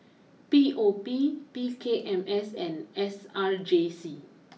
P O P P K M S and S R J C